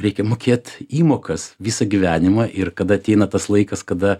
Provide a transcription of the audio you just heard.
reikia mokėt įmokas visą gyvenimą ir kada ateina tas laikas kada